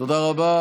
תודה רבה לכם.